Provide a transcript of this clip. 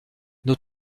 nos